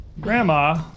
Grandma